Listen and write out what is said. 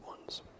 ones